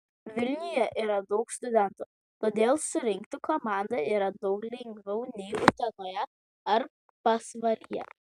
vilniuje yra daug studentų todėl surinkti komandą yra daug lengviau nei utenoje ar pasvalyje